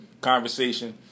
conversation